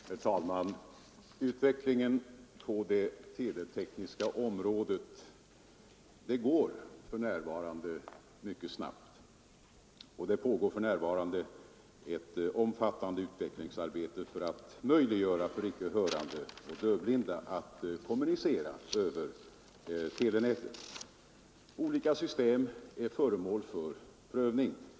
Vill socialministern medverka till att TV-fon uppförs på hjälpmedelsförteckningen? För det tredje: Vill socialministern verka för att televerket inte tar ut extra avgifter utan tvärtom ställer resurser till förfogande för en snabb lösning? För det fjärde: Vill socialministern underlätta också för anhöriga till döva att få rabatt i någon form vid anskaffning av TV-fon? Herr socialministern ASPLING: Herr talman! Utvecklingen på det teletekniska området går nu mycket snabbt. Det pågår för närvarande ett omfattande utvecklingsarbete för att möjliggöra för icke hörande och döv-blinda att kommunicera över telenätet. Olika system är föremål för prövning.